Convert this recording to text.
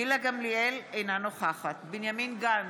גילה גמליאל, אינה נוכחת בנימין גנץ,